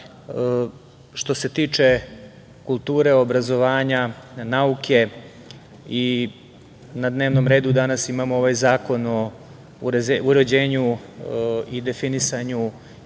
što se tiče kulture, obrazovanja, nauke na dnevnom redu danas imamo ovaj Zakon o uređenju i definisanju i